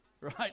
right